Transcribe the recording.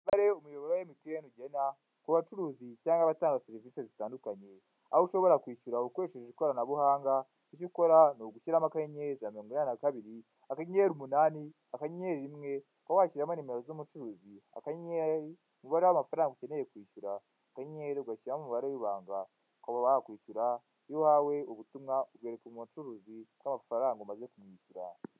Umubare umuyoboro wa Emutiyeni ugena ku bacuruzi cyangwa abatanga serivisi zitandukanye aho ushobora kwishyura ukoresheje ikoranabuhanga icyo ukora ni ugushyiramo akanyenyeri ijana na mirongo inani na kabiri akanyenyeri umunani akanyenyeri rimwe ukaba washyiramo nimero z'umucuruzi akanyenyeri umubare w'amafaranga ukeneye kwishyura akanyenyeri ugashyiramo umubare w'ibanga ukaba wakwishyura iwawe ubutumwa ubwereka umucuruzi ko amafaranga umaze kuyishyura.